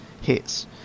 hits